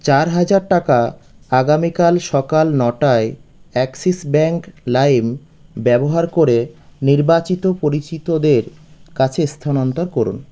চার হাজার টাকা আগামীকাল সকাল নটায় অ্যাক্সিস ব্যাঙ্ক লাইম ব্যবহার করে নির্বাচিত পরিচিতদের কাছে স্থানান্তর করুন